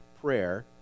prayer